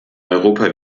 europa